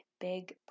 big